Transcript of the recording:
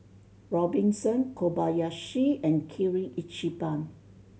Robinson Kobayashi and Kirin Ichiban